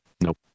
nope